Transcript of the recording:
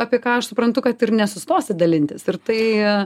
apie ką aš suprantu kad ir nesustosi dalintis ir tai